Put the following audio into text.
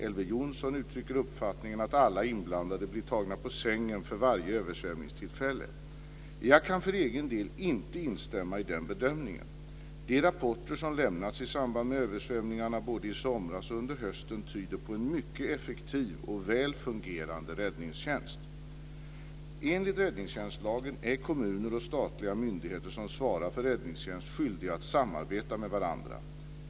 Elver Jonsson uttrycker uppfattningen att alla inblandade blir tagna på sängen vid varje översvämningstillfälle. Jag kan för egen del inte instämma i den bedömningen. De rapporter som lämnats i samband med översvämningarna både i somras och under hösten tyder på en mycket effektiv och väl fungerande räddningstjänst. Enligt räddningstjänstlagen är kommuner och statliga myndigheter som svarar för räddningstjänst skyldiga att samarbeta med varandra.